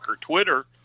Twitter